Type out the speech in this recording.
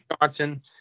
johnson